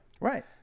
Right